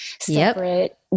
separate